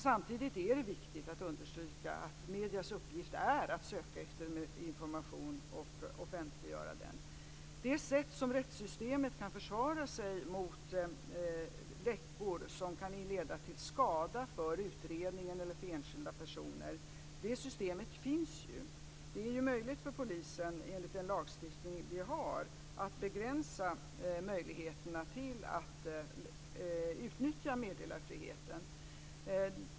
Samtidigt är det viktigt att understryka att mediernas uppgift är att söka efter information och offentliggöra den. Rättssystemet har ett system för att försvara sig mot läckor som kan leda till skada för utredningen eller enskilda personer. Enligt den lagstiftning vi har är det möjligt för polisen att begränsa möjligheterna att utnyttja meddelarfriheten.